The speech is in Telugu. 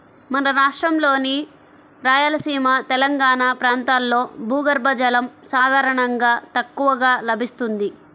మన రాష్ట్రంలోని రాయలసీమ, తెలంగాణా ప్రాంతాల్లో భూగర్భ జలం సాధారణంగా తక్కువగా లభిస్తుంది